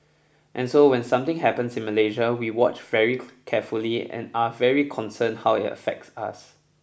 and so when something happens in Malaysia we watch very carefully and are very concerned how it affects us